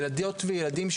ילדות וילדים,